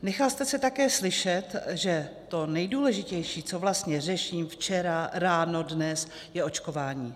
Nechal jste se také slyšet, že to nejdůležitější, co vlastně řeším, včera, ráno, dnes, je očkování.